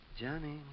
Johnny